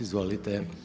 Izvolite.